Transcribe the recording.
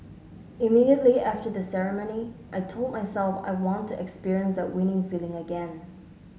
immediately after the ceremony I told myself I want to experience that winning feeling again